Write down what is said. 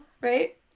right